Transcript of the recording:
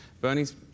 Bernie's